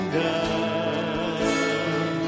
down